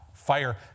Fire